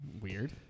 Weird